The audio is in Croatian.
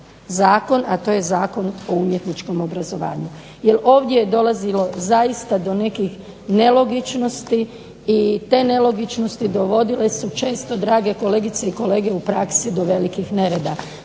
zakon, a to je Zakon o umjetničkom obrazovanju. Jer ovdje je dolazilo zaista do nekih nelogičnosti i te nelogičnosti dovodile su često, drage kolegice i kolege, u praksi do velikih nereda.